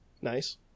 Nice